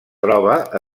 troba